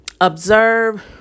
Observe